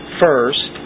first